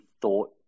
thought